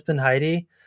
Heidi